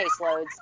caseloads